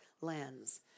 lens